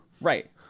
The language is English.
Right